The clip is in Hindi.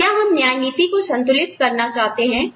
क्या हम न्याय नीतिको संतुलित करना चाहते हैं